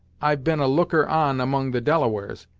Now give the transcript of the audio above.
i've been a looker on among the delawares,